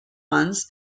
ones